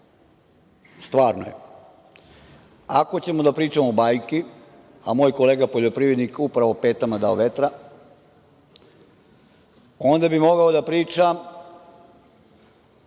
stvarno je. Ako ćemo da pričamo bajke, a moj kolega poljoprivrednik upravo petama dao vetra, onda bi mogao da pričam